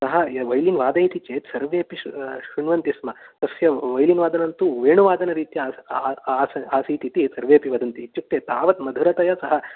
सः वैलिन् वादयति चेत् सर्वेऽपि श्रु श्रुण्वन्तिस्म तस्य वैलिन् वादनं तु वेणुवादनरीत्या आसीत् इति सर्वेपि वदन्ति इत्युक्ते तावत् मधुरतया सः